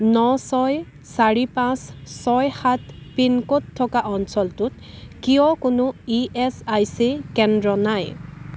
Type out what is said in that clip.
ন ছয় চাৰি পাঁচ ছয় সাত পিনক'ড থকা অঞ্চলটোত কিয় কোনো ই এচ আই চি কেন্দ্র নাই